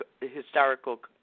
historical